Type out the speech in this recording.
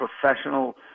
professional